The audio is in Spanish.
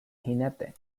jinete